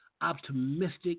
optimistic